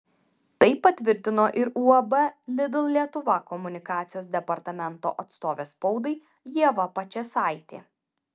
tai patvirtino ir uab lidl lietuva komunikacijos departamento atstovė spaudai ieva pačėsaitė